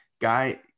guy